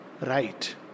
right